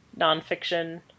nonfiction